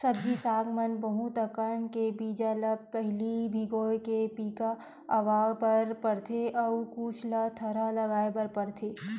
सब्जी साग म बहुत अकन के बीजा ल पहिली भिंजोय के पिका अवा बर परथे अउ कुछ ल थरहा लगाए बर परथेये